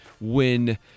win